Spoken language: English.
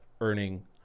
earning